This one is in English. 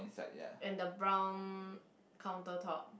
and the brown counter top